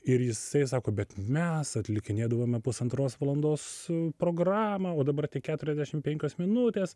ir jisai sako bet mes atlikinėdavome pusantros valandos programą o dabar tik keturiasdešim penkios minutės